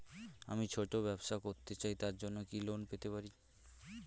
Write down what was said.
আমি ছোট ব্যবসা করতে চাই তার জন্য কি লোন পেতে পারি?